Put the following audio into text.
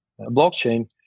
blockchain